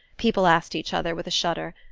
people asked each other with a shudder.